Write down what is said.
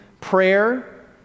prayer